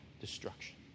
destruction